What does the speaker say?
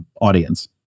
audience